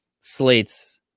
slates